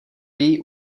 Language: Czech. její